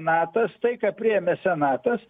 natas tai ką priėmė senatas